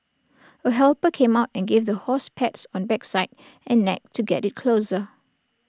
A helper came out and gave the horse pats on backside and neck to get IT closer